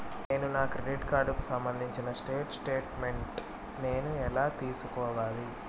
నేను నా క్రెడిట్ కార్డుకు సంబంధించిన స్టేట్ స్టేట్మెంట్ నేను ఎలా తీసుకోవాలి?